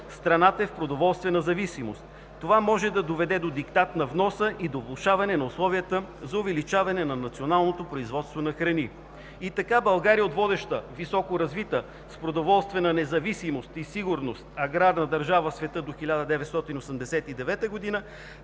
страната е в продоволствена зависимост. Това може да доведе до диктат на вноса и до влошаване на условията за увеличаване на националното производство на храни. Така България от водеща, високо развита, с продоволствена независимост и сигурност аграрна държава в света до 1989 г.,